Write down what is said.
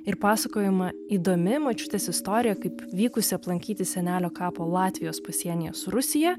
ir pasakojama įdomi močiutės istorija kaip vykusi aplankyti senelio kapo latvijos pasienyje su rusija